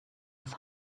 his